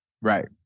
Right